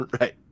Right